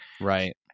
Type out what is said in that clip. right